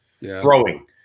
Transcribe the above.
throwing